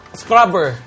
scrubber